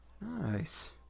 Nice